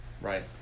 Right